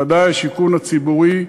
ודאי השיכון הציבורי,